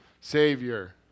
Savior